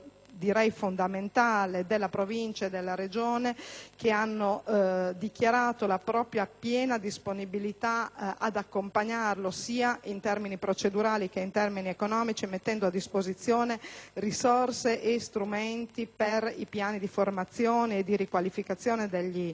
fondamentale della Provincia e della Regione, che hanno dichiarato la propria piena disponibilità ad accompagnarlo, sia in termini procedurali sia in termini economici, mettendo a disposizione risorse e strumenti per i piani di formazione e di riqualificazione delle addette,